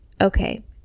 Okay